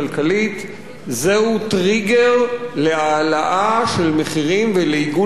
זהו טריגר להעלאה של מחירים ולעיגול המחירים כלפי מעלה,